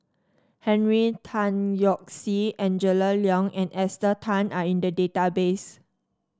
Henry Tan Yoke See Angela Liong and Esther Tan are in the database